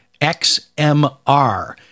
XMR